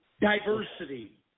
diversity